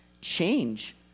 change